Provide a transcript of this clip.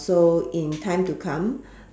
so in time to come